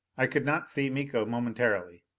i could not see miko momentarily.